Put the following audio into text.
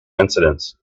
incidents